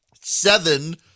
Seven